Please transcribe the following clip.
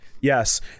yes